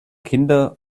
kinder